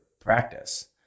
practice